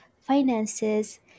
finances